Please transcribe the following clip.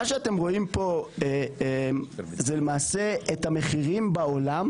מה שאתם רואים פה זה למעשה את המחירים בעולם